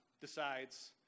decides